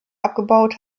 abgebaut